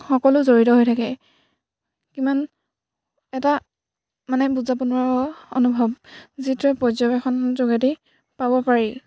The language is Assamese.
সকলো জড়িত হৈ থাকে কিমান এটা মানে বুজাব নোৱাৰা অনুভৱ যিটোৱে পৰ্যবেক্ষণৰ যোগেদি পাব পাৰি